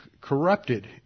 corrupted